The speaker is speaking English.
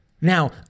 Now